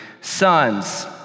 sons